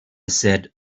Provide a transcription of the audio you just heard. said